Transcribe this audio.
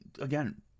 Again